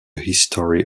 history